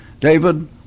David